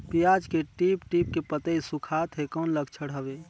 पियाज के टीप टीप के पतई सुखात हे कौन लक्षण हवे?